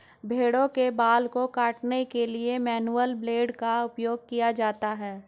भेड़ों के बाल को काटने के लिए मैनुअल ब्लेड का उपयोग किया जाता है